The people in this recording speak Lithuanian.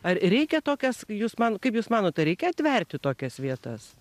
ar reikia tokias jūs man kaip jūs manot ar reikia atverti tokias vietas